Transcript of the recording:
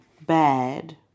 Bad